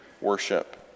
worship